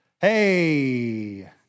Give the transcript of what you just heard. hey